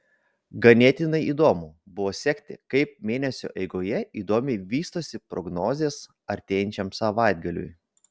ganėtinai įdomu buvo sekti kaip mėnesio eigoje įdomiai vystosi prognozės artėjančiam savaitgaliui